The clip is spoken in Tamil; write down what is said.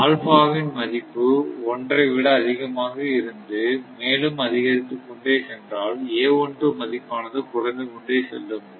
ஆல்ஃபா வின் மதிப்பு ஒன்றை விட அதிகமாக இருந்து மேலும் அதிகரித்துக்கொண்டே சென்றால் மதிப்பானது குறைந்து கொண்டே செல்லும்